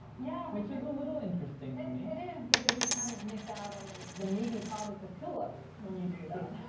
yeah. which is a little interesting to me. it is, because you kind of miss out on the the meaty part of the pillow when you do that.